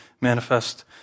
manifest